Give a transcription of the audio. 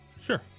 sure